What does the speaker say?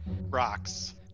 Rocks